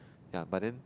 ya but then